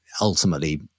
ultimately